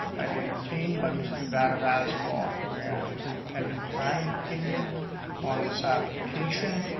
i've been retained by mr. vadavaz to offer an independent planning opinion on this application.